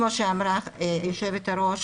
כמו שאמרה יושבת הראש,